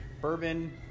bourbon